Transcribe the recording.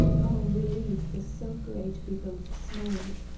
our relief was so great we both smiled.